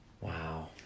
Wow